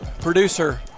producer